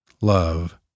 love